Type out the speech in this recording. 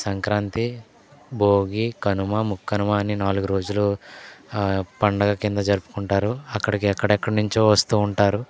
సంక్రాంతి భోగి కనుమ ముక్కనుమ అని నాలుగు రోజులు పండుగ కింద జరుపుకుంటారు అక్కడకి ఎక్కడెక్కడి నుంచో వస్తూ ఉంటారు